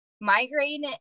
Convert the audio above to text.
Migraine